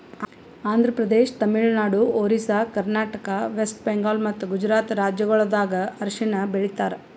Andhra Pradesh, Tamil Nadu, Orissa, Karnataka, West Bengal ಮತ್ತ ಗುಜರಾತ್ ರಾಜ್ಯಗೊಳ್ದಾಗ್ ಅರಿಶಿನ ಬೆಳಿತಾರ್